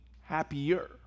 happier